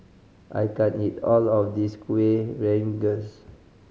I can't eat all of this Kuih Rengas